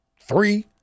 three